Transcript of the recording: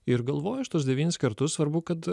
ir galvoju aš tuos devynis kartus svarbu kad